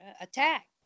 Attack